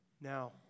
Now